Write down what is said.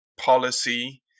policy